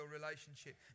relationship